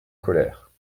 colère